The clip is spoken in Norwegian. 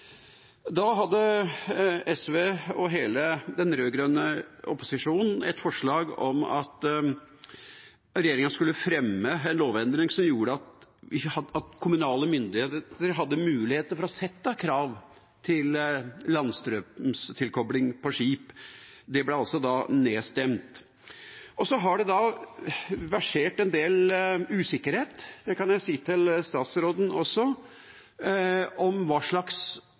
da hadde SV og hele den rød-grønne opposisjonen et forslag om at regjeringa skulle fremme en lovendring som gjorde at kommunale myndigheter hadde muligheter for å sette krav til landstrømstilkobling på skip. Det ble da nedstemt. Så har det versert en del usikkerhet – det kan jeg si til statsråden også – om hva slags